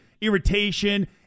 irritation